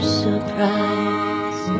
surprise